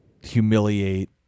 humiliate